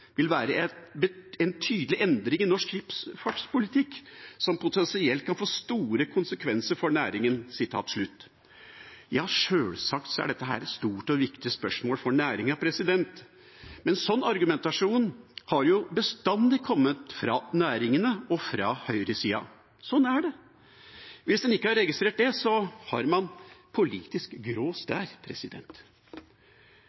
en tydelig endring i norsk skipsfartspolitikk, som potensielt kan få store konsekvenser for næringen.» Ja, sjølsagt er dette et stort og viktig spørsmål for næringen, men sånn argumentasjon har jo bestandig kommet fra næringene og fra høyresida. Sånn er det. Hvis man ikke har registrert det, har man politisk